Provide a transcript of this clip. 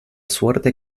suerte